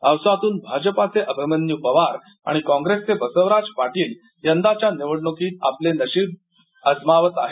औसातून भाजपाचे अभिमन्यू पवार आणिकाँप्रेसचे बसवराज पाटील यंदाच्या निवडणूकीत नशिब अजमावत आहेत